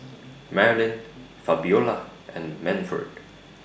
Marylin Fabiola and Manford